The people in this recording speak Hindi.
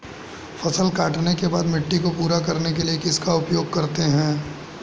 फसल काटने के बाद मिट्टी को पूरा करने के लिए किसका उपयोग करते हैं?